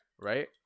right